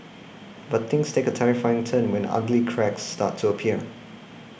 but things take a terrifying turn when ugly cracks started to appear